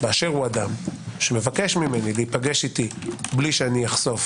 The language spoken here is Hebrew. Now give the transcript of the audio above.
באשר הוא אדם שמבקש ממני להיפגש איתי מבלי שאחשוף